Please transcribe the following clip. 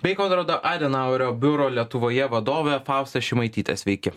bei konrado adenauerio biuro lietuvoje vadovė fausta šimaitytė sveiki